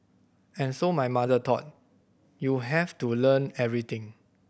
and so my mother thought you have to learn everything